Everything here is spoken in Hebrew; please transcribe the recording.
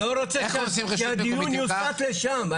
אני לא רוצה שהדיון יוסט לשם.